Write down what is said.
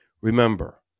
Remember